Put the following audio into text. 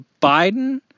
Biden